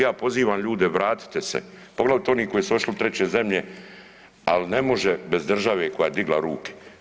Ja pozivam ljude, vratite se poglavito oni koji su ošli u treće zemlje, ali ne može bez države koja je digla ruke.